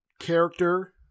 character